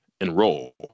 enroll